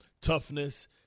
toughness